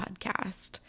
podcast